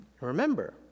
Remember